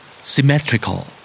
Symmetrical